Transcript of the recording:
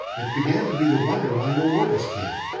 it began to be the wonder why no orders came.